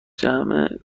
جمع